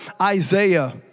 Isaiah